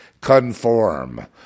conform